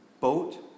boat